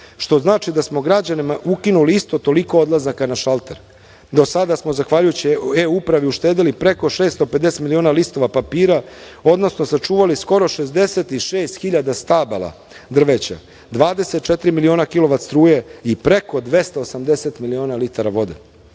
što znači da smo građanima ukinuli isto toliko odlazaka na šalter. Do sada smo zahvaljujući E-upravi uštedeli preko 650 miliona listova papira, odnosno sačuvali skoro 66 hiljada stabala drveća, 24 miliona kilovat struje i preko 280 miliona litara